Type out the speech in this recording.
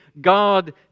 God